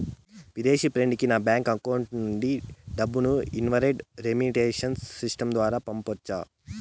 విదేశీ ఫ్రెండ్ కి నా బ్యాంకు అకౌంట్ నుండి డబ్బును ఇన్వార్డ్ రెమిట్టెన్స్ సిస్టం ద్వారా పంపొచ్చా?